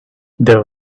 there